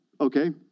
Okay